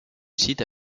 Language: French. site